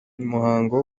umuhango